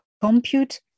compute